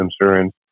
insurance